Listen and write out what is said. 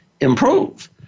improve